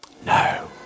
No